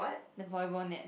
the volleyball net